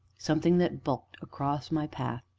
something that bulked across my path,